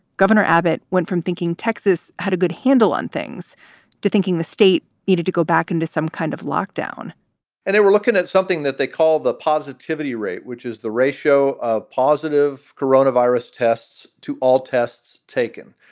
governor abbott went from thinking texas had a good handle on things to thinking the state needed to go back into some kind of lockdown and they were looking at something that they call the positivity rate, which is the ratio of positive coronavirus tests to all tests taken.